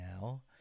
now